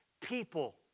people